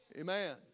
Amen